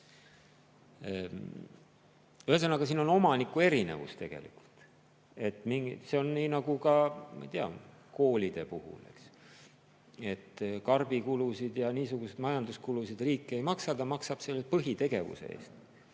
Ühesõnaga, siin on omaniku erinevus tegelikult. See on nii, nagu ka, ma ei tea, näiteks koolide puhul, et karbikulusid ja muid majanduskulusid riik ei maksa, ta maksab põhitegevuse eest.